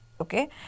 okay